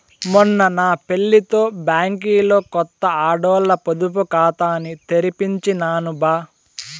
మొన్న నా పెళ్లితో బ్యాంకిలో కొత్త ఆడోల్ల పొదుపు కాతాని తెరిపించినాను బా